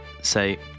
say